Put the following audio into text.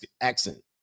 accent